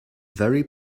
very